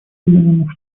соединенных